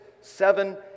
seven